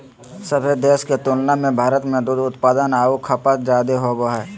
सभे देश के तुलना में भारत में दूध उत्पादन आऊ खपत जादे होबो हइ